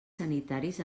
sanitaris